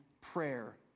prayer